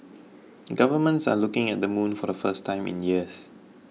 governments are looking at the moon for the first time in years